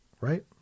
right